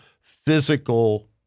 physical